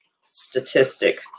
statistic